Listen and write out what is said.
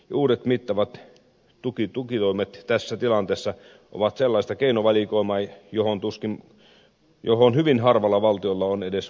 uudet mittavat tukitoimet tässä tilanteessa ovat sellaista keinovalikoimaa johon hyvin harvalla valtiolla on edes varaa